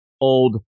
old